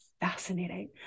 fascinating